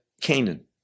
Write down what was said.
Canaan